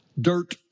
dirt